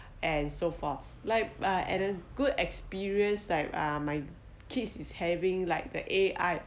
and so forth like uh and then good experience like uh my kids having like the A_I